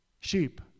sheep